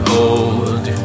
old